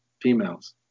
females